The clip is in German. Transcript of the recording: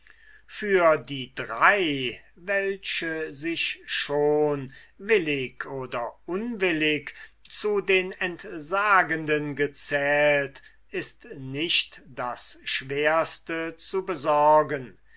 für die drei welche sich schon willig oder unwillig zu den entsagenden gezählt ist nicht das schwerste zu besorgen